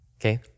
Okay